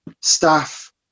staff